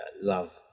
love